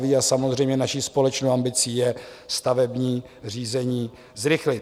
A samozřejmě naší společnou ambicí je stavební řízení zrychlit.